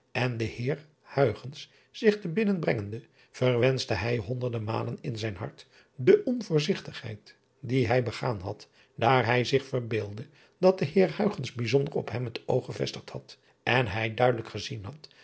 en den eer zich te binnenbrengende verwenschte hij honderde malen in zijn hart de onvoorzigtigheid die hij begaan had daar hij zich verbeeldde dat de eer bijzonder op hem het oog gevestigd had en hij duidelijk gezien had